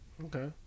Okay